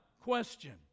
question